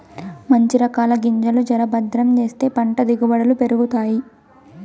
మంచి రకాల గింజలు జర భద్రం చేస్తే పంట దిగుబడులు పెరుగుతాయి